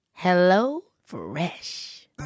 HelloFresh